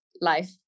life